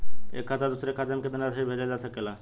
एक खाता से दूसर खाता में केतना राशि भेजल जा सके ला?